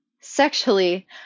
sexually